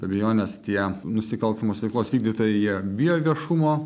abejonės tie nusikalstamos veiklos vykdytojai jie bijo viešumo